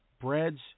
breads